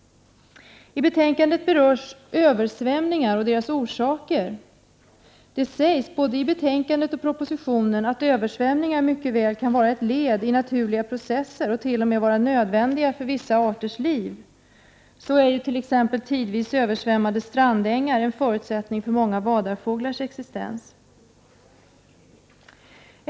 I betänkandet berörs översvämningar och deras orsaker. Det sägs både i betänkandet och i propositionen att översvämningar mycket väl kan vara ett led i de naturliga processerna och t.o.m. vara nödvändiga för vissa arters liv. Så är t.ex. tidvis översvämmade strandängar en förutsättning för många vadarfåglars existens.